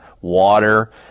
water